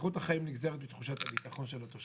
שאיכות החיים נגזרת מתחושת הביטחון של התושבים.